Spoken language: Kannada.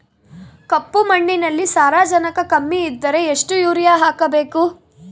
ಕಪ್ಪು ಮಣ್ಣಿನಲ್ಲಿ ಸಾರಜನಕ ಕಮ್ಮಿ ಇದ್ದರೆ ಎಷ್ಟು ಯೂರಿಯಾ ಹಾಕಬೇಕು?